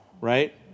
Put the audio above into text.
right